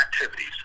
activities